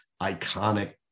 iconic